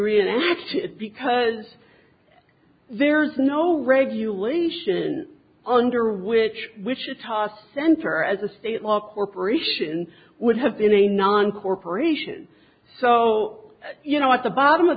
relaxed because there is no regulation under which wichita center as a state law corporation would have been a non corporation so you know at the bottom of